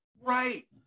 Right